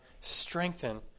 strengthen